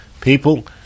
People